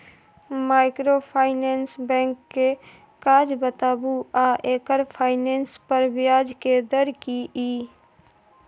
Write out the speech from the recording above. Microfinance bank के काज बताबू आ एकर फाइनेंस पर ब्याज के दर की इ?